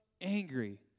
angry